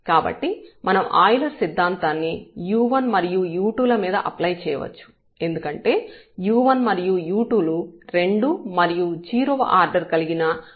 కాబట్టి మనం ఆయిలర్ సిద్ధాంతాన్ని u1 మరియు u2 ల మీద అప్లై చేయవచ్చు ఎందుకంటే u1 మరియు u2 లు 2 మరియు 0 వ ఆర్డర్ కలిగిన హోమోజీనియస్ ఫంక్షన్ లు